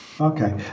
Okay